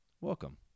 welcome